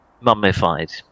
mummified